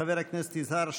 חבר הכנסת יזהר שי,